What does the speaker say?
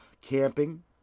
Camping